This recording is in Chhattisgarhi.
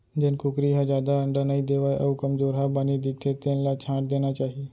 जेन कुकरी ह जादा अंडा नइ देवय अउ कमजोरहा बानी दिखथे तेन ल छांट देना चाही